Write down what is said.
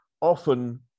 often